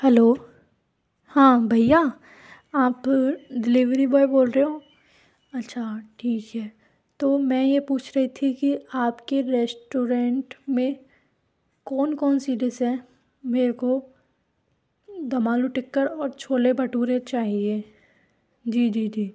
hello हाँ भैया आप डिलीवरी बॉय बोल रहे हो अच्छा ठीक है तो मैं ये पूछ रही थी कि आपके रेस्टोरेंट में कौन कौन सी डिश हैं मेरे को दम आलू टिक्कर और छोले भटूरे चाहिए जी जी जी